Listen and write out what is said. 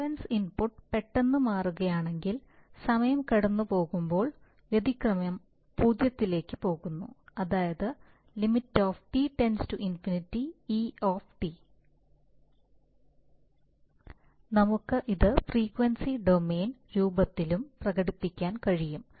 reference input പെട്ടെന്ന് മാറുകയാണെങ്കിൽ സമയം കടന്നുപോകുമ്പോൾ വ്യതിക്രമം 0 ലേക്ക് പോകുന്നു അതായത് Lim t→∞ e നമുക്ക് ഇത് ഫ്രീക്വൻസി ഡൊമെയ്ൻ രൂപത്തിലും പ്രകടിപ്പിക്കാൻ കഴിയും